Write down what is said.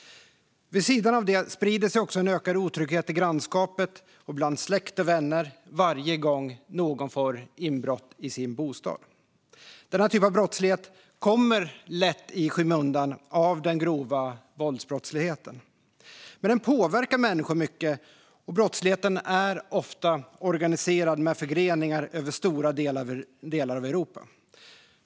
Vid sidan av det sprider sig också en ökad otrygghet i grannskapet och bland släkt och vänner varje gång någon får inbrott i sin bostad. Denna typ av brottslighet kommer lätt i skymundan av den grova våldsbrottsligheten. Men den påverkar människor mycket, och brottsligheten är ofta organiserad med förgreningar över stora delar av Europa.